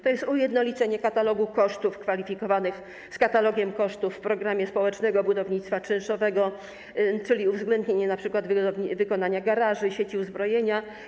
To jest ujednolicenie katalogu kosztów kwalifikowanych z katalogiem kosztów w programie społecznego budownictwa czynszowego, czyli uwzględnienie np. wykonania garaży, sieci uzbrojenia.